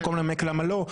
במקום לנמק למה לא,